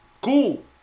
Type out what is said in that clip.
Cool